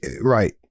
Right